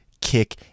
kick